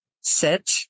sit